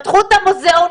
פתחו את המוזיאונים,